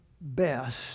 best